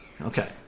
Okay